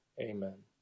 Amen